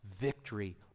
victory